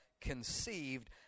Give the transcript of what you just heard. conceived